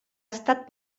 estat